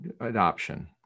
adoption